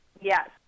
yes